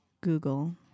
Google